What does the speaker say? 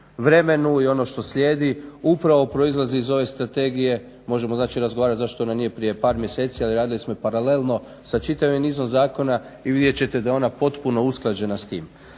vremenu i ono što slijedi upravo proizlazi iz ove strategije. Možemo razgovarati zašto ona nije par mjeseci ali radili smo i paralelno sa čitavim nizom zakona i vidjet ćete da je ona potpuno usklađena s tim.